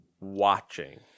watching